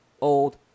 old